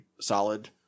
solid